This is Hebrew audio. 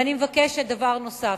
אני מבקשת דבר נוסף,